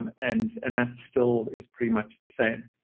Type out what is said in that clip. um and and that still is pretty much the same.